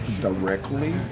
directly